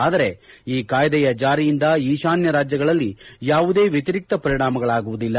ಆದರೆ ಈ ಕಾಯ್ದೆಯ ಜಾರಿಯಿಂದ ಈಶಾನ್ಯ ರಾಜ್ಯಗಳಲ್ಲಿ ಯಾವುದೇ ವ್ಯತಿರಿಕ್ತ ಪರಿಣಾಮಗಳಾಗುವುದಿಲ್ಲ